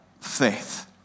faith